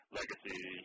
legacy